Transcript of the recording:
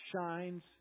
shines